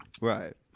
Right